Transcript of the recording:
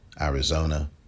Arizona